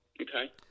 Okay